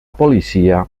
policia